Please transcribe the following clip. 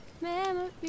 Memories